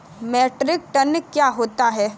Metric ton क्या होता है?